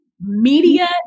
media